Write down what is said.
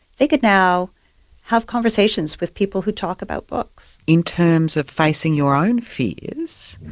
they could now have conversations with people who talk about books. in terms of facing your own fears,